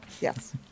yes